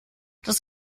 das